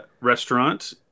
restaurant